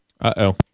Uh-oh